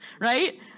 right